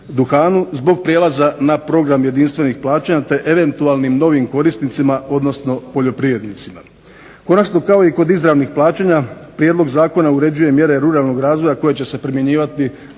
zbog prijelaza na program jedinstvenih plaćanja te eventualnim novim korisnicima odnosno poljoprivrednicima. Konačno, kao i kod izravnih plaćanja, prijedlog zakona uređuje mjere ruralnog razvoja koje će se primjenjivati